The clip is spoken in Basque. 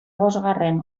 bosgarren